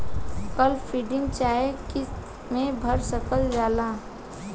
काल funding चाहे किस्त मे भर सकल जाला